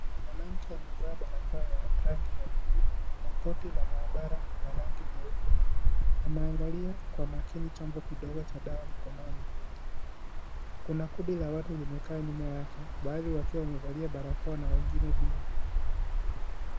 Mwananchi amevaa barakoa ya rangi ya bluu na koti la maabara la rangi nyeupe . Anaangalia kwa makini jambo kidogo cha dawa mikononi. Kuna kundi la watu limekaa nyuma yake, baadhi wakiwa wamevalia barakoa na wengine bila.